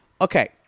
okay